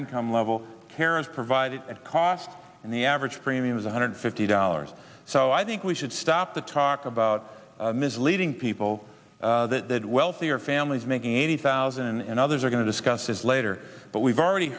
income level care is provided at cost and the average premium is one hundred fifty dollars so i think we should stop the talk about misleading people that wealthier families making eighty thousand and others are going to discuss this later but we've already